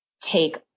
take